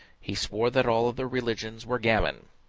he swore that all other religions were gammon,